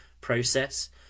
process